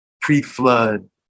pre-flood